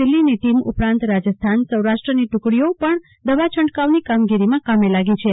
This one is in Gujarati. દિલ્ફીની ટીમ ઉપરાંત રાજસ્થાનસૌરાષ્ટ્રની ટુકડીઓ પણ દવા છંટકાવની કામગીરીમાં કામે લાગી છે